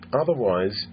otherwise